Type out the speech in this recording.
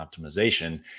optimization